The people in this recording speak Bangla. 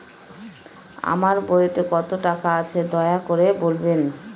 আমার বইতে কত টাকা আছে দয়া করে বলবেন?